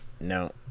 no